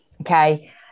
okay